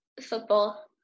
football